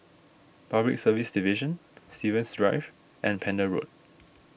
Public Service Division Stevens Drive and Pender Road